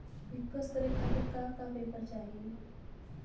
पिक्कस करे खातिर का का पेपर चाही?